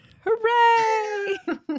Hooray